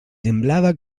semblava